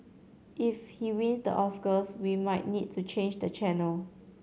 if he wins the Oscars we might need to change the channel